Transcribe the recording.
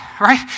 right